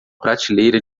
prateleira